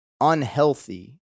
unhealthy